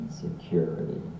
security